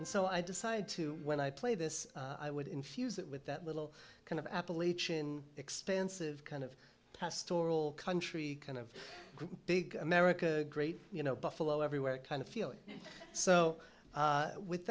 and so i decided to when i play this i would infuse it with that little kind of appalachian expensive kind of past oral country kind of big america great you know buffalo everywhere kind of feeling so with